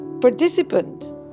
participant